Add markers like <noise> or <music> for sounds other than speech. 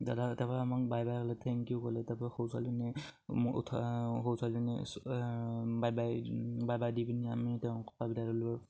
দাদা তাৰপৰা আমাক বাই বাই ক'লে থেংক ইউ ক'লে তাৰপৰা <unintelligible>